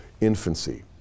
infancy